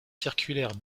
circulaire